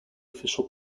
official